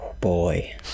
boy